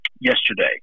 yesterday